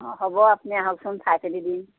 হ'ব আপুনি আহকচোন চাইচিতি দিম